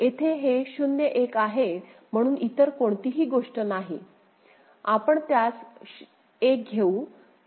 येथे हे 0 1 आहे म्हणून इतर कोणतीही गोष्ट नाही आपण त्यास 1 घेऊ